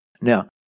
Now